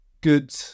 good